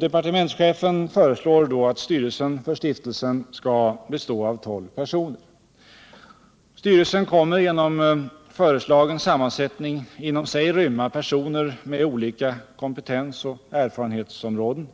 Departementschefen föreslår att styrelsen för stiftelsen skall bestå av tolv personer. Styrelsen kommer genom föreslagen sammansättning inom sig rymma personer med olika kompetensoch erfarenhetsområden.